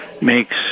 makes